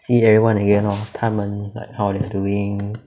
see everyone again orh 他们 like how they are doing